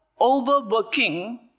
overworking